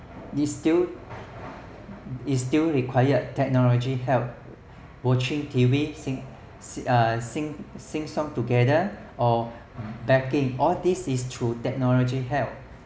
this still it still requires technology's help watching T_V sing uh sing sing sing song together or baking all these through technology's help